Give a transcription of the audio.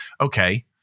Okay